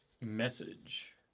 Message